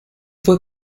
fue